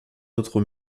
autre